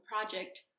project